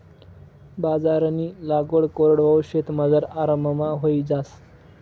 बाजरीनी लागवड कोरडवाहू शेतमझार आराममा व्हयी जास